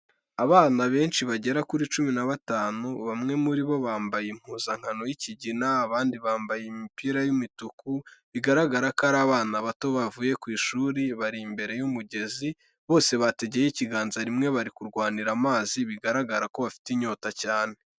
Abana benshi bagera kuri cumi na batanu, bamwe muri bo bambaye impuzankano y'ikigina, abandi bambaye imipira y'imituku, bigaragara ko ari abana bato bavuye ku ishuri, bari imbere y'umugezi, bose bategeye ikiganza rimwe bari kurwanira amazi, bigaragara ko bafite inyota cyane.